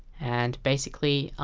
and basically,